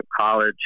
College